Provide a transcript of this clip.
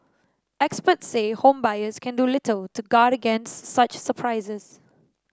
experts say home buyers can do little to guard against such surprises